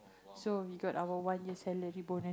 so we got our one year salary bonus